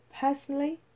Personally